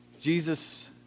Jesus